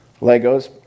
Legos